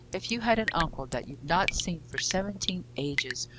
if you had an uncle that you'd not seen for seventeen ages,